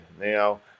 Now